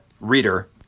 reader